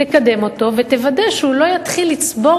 תקדם אותו ותוודא שהוא לא יתחיל לצבור